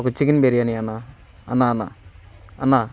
ఒక చికెన్ బిర్యానీ అన్నా అన్నా అన్నా అన్నా